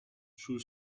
sul